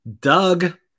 Doug